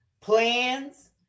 plans